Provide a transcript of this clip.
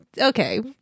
Okay